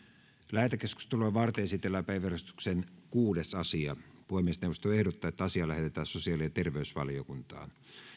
lähetekeskustelua varten esitellään päiväjärjestyksen kuudes asia puhemiesneuvosto ehdottaa että asia lähetetään sosiaali ja terveysvaliokuntaan